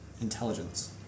intelligence